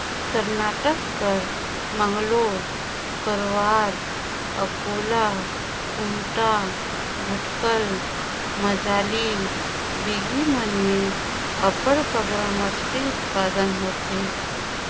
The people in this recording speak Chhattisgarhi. करनाटक कर मंगलोर, करवार, अकोला, कुमटा, भटकल, मजाली, बिंगी मन में अब्बड़ बगरा मछरी उत्पादन होथे